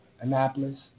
Annapolis